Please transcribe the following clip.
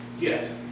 Yes